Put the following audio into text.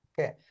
Okay